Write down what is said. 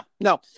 no